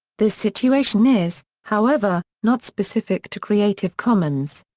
this situation is, however, not specific to creative commons.